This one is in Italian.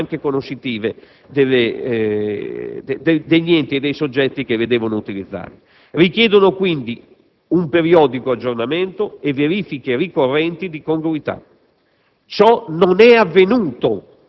le banche di riferimento conoscitive degli enti e dei soggetti che le devono utilizzare. Richiedono quindi un periodico aggiornamento e verifiche ricorrenti di congruità.